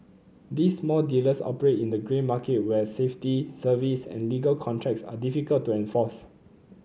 these small dealers operate in the grey market where safety service and legal contracts are difficult to enforce